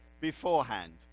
beforehand